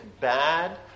bad